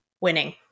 winning